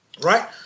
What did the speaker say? right